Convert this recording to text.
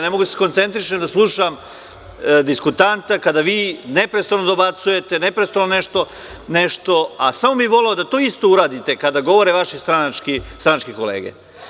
Ne mogu da se skoncentrišem, da slušam diskutanta kada vi neprestano dobacujete, neprestano nešto, nešto, a samo bih voleo da to isto uradite kada govore vaše stranačke kolege.